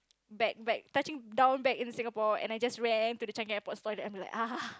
back back touching down back into Singapore and I just went to Changi Airport store and I'm like ah